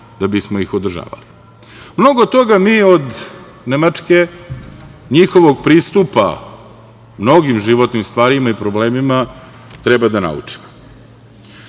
da bi smo ih održavali. Mnogo toga mi od Nemačke, njihovog pristupa mnogim životnim stvarima i problemima treba da naučimo.